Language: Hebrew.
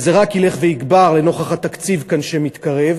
וזה רק ילך ויגבר לנוכח התקציב שמתקרב